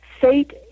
fate